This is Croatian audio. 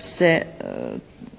se provode